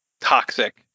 toxic